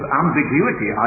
ambiguity